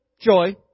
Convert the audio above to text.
joy